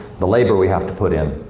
the labor we have to put in?